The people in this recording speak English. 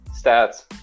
stats